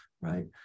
right